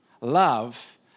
Love